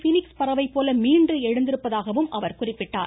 Phoenix பறவை போல மீண்டு எழுந்திருப்பதாகவும் குறிப்பிட்டார்